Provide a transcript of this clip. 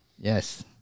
Yes